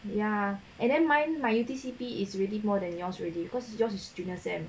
ya and then mine like U_T_C_P is really more than yours already cause yours is juniors semester